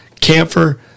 camphor